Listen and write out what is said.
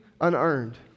unearned